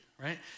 right